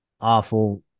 awful